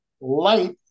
Light